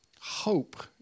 Hope